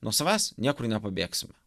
nuo savęs niekur nepabėgsime